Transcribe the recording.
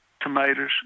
tomatoes